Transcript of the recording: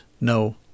no